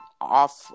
off